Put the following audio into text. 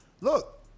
look